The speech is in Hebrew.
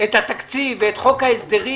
את התקציב ואת חוק ההסדרים,